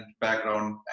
background